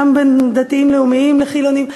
גם בין דתיים-לאומיים לחילונים.